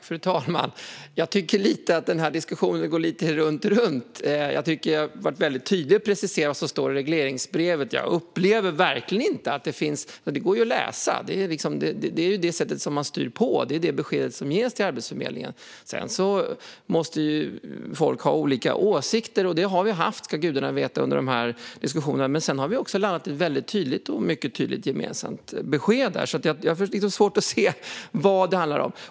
Fru talman! Den här diskussionen går runt lite. Jag har varit tydlig och preciserat vad det står i regleringsbrevet. Det går att läsa. Det är på det sättet man styr, och det är beskedet som ges till Arbetsförmedlingen. Folk måste få ha olika åsikter. Det har vi haft i de här diskussionerna - det ska gudarna veta. Men sedan har vi landat i ett mycket tydligt gemensamt besked. Jag har alltså svårt att se vad det här handlar om.